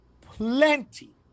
plenty